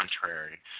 contrary